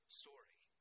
story